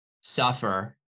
suffer